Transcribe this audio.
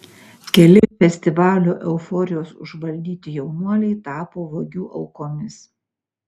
keli festivalio euforijos užvaldyti jaunuoliai tapo vagių aukomis